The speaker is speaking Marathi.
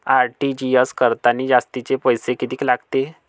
आर.टी.जी.एस करतांनी जास्तचे कितीक पैसे लागते?